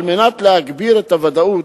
כדי להגביר את הוודאות,